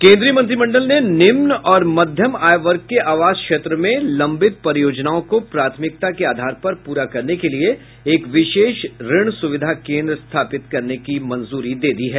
केंद्रीय मंत्रिमंडल ने निम्न और मध्यम आय वर्ग के आवास क्षेत्र में लंबित परियोजनाओं को प्राथमिकता के आधार पर पूरा करने के लिए एक विशेष ऋण सुविधा केंद्र स्थापित करने की मंजूरी दे दी है